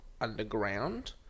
underground